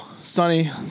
Sunny